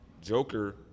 Joker